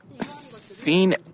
seen